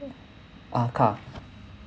ah car